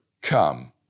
come